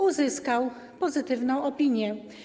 Uzyskał pozytywną opinię.